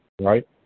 right